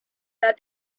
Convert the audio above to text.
that